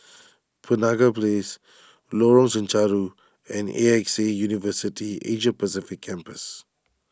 Penaga Place Lorong Chencharu and A X A University Asia Pacific Campus